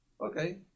Okay